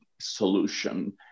solution